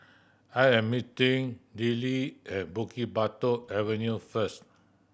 I am meeting Dillie at Bukit Batok Avenue first